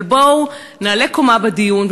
אבל בואו נעלה קומה בדיון,